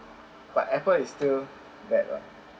but Apple is still bad [what]